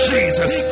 Jesus